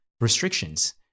restrictions